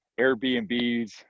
Airbnbs